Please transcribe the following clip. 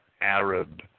Arab